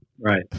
Right